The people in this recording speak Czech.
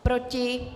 Proti?